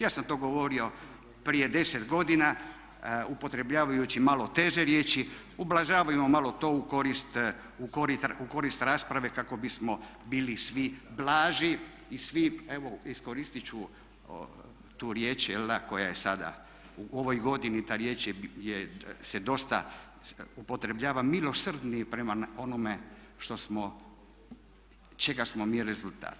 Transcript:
Ja sam to govorio prije 10 godina upotrebljavajući malo teže riječi, ublažavamo malo to u korist rasprave kako bismo bili svi blaži i svi, evo iskoristit ću tu riječ koja je sada u ovoj godini ta riječ se dosta upotrebljava milosrdni prema onome što smo, čega smo mi rezultat.